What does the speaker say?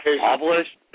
published